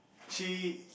she